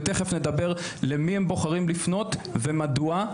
ותכף נדבר למי הם בוחרים לפנות ומדוע.